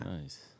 Nice